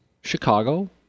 Chicago